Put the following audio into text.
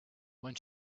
when